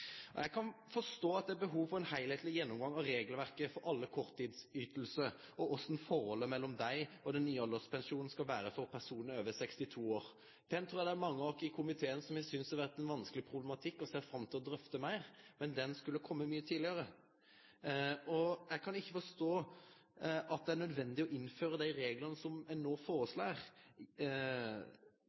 år. Jeg kan forstå at det er behov for en helhetlig gjennomgang av regelverket for alle korttidsytelser, og hvordan forholdet mellom disse og den nye alderspensjonen skal være for personer over 62 år. Jeg tror mange i komiteen har syntes dette har vært en vanskelig problematikk, og ser fram til å drøfte det mer, men det skulle kommet mye tidligere. Jeg kan ikke forstå at det er nødvendig å innføre de reglene som en nå foreslår,